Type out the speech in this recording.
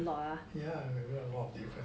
ya a lot of different